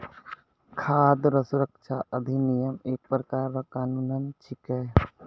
खाद सुरक्षा अधिनियम एक प्रकार रो कानून छिकै